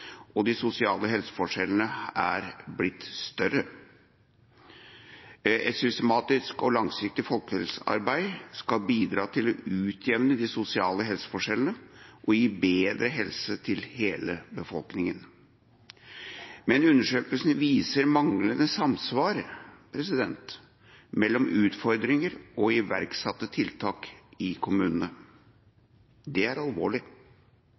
og de sosiale helseforskjellene er blitt større. Et systematisk og langsiktig folkehelsearbeid skal bidra til å utjevne de sosiale helseforskjellene og gi bedre helse for hele befolkningen. Men undersøkelsen viser manglende samsvar mellom utfordringer og iverksatte tiltak i kommunene. Det er alvorlig.